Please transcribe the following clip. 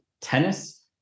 Tennis